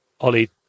Ollie